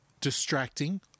distracting